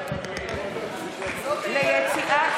יציאת